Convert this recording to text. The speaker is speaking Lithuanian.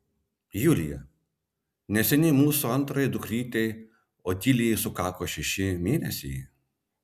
julija neseniai jūsų antrajai dukrytei otilijai sukako šeši mėnesiai